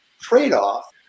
trade-off